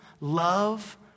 love